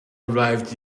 arrived